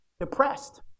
depressed